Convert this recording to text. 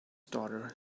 daughter